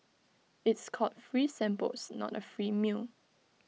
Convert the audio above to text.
it's called free samples not A free meal